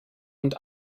und